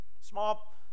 Small